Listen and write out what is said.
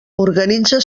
organitza